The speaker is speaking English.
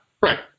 Right